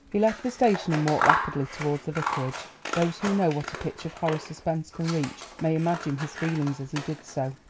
he left the station and walked rapidly towards the vicarage. those who know what a pitch of horror suspense can reach may imagine his feelings as he did so.